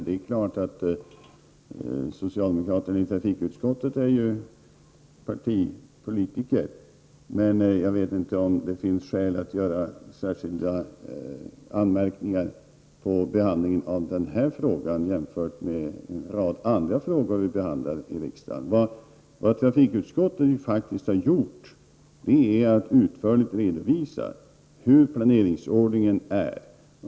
Ja, det är klart att socialdemokraterna i trafikutskottet är partipolitiker. Men jag vet inte om det finns skäl att rikta särskilda anmärkningar mot behandlingen av just den här frågan. Jag jämför då med en rad andra frågor som vi har behandlat i riksdagen. Vad trafikutskottet faktiskt har gjort är att man utförligt har redovisat planeringsordningen.